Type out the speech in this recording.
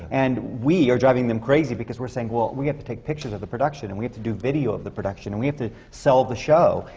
and we are driving them crazy, because we're saying, well, we have to take pictures of the production, and we have to do video of the production, and we have to sell the show.